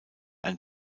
ein